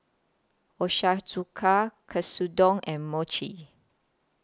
Ochazuke Katsudon and Mochi